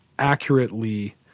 accurately